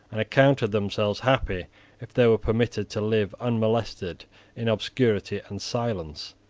and accounted themselves happy if they were permitted to live unmolested in obscurity and silence.